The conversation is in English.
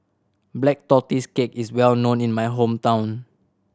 Black Tortoise Cake is well known in my hometown